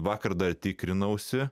vakar dar tikrinausi